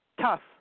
Tough